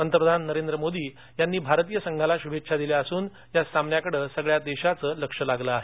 पंतप्रधान नरेंद्र मोदी यांनी भारतीय संघाला शुभेच्छा दिल्या असून या सामन्याकडे सगळ्या देशाचं लक्ष लागलं आहे